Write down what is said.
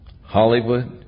Hollywood